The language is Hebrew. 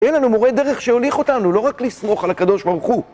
אין לנו מורה דרך שיוליך אותנו, לא רק לסמוך על הקדוש ברוך הוא.